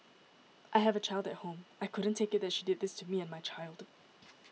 I have a child at home I couldn't take it that she did this to me and my child